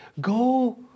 go